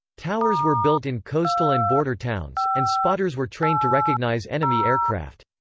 towers were built in coastal and border towns, and spotters were trained to recognize enemy aircraft.